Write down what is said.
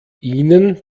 ihnen